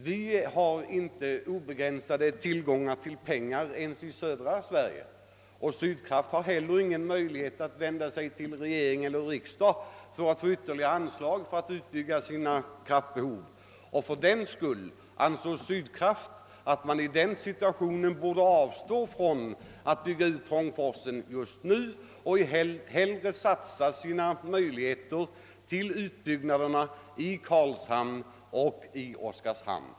Vi har inte obegränsad tillgång på pengar ens i södra Sverige, och Sydgkraft har heller ingen möjlighet att vända sig till regering eller riksdag för att få ytterligare anslag till utbyggnad av sina kraftverk. I den situationen ansåg Sydkraft att man borde avstå från att bygga ut Trångforsen just nu och hellre satsa på utbyggnaderna i Karlshamn och i Oskarshamn.